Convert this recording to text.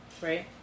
Right